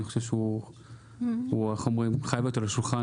אני חושב שהנושא הזה חייב להיות על השולחן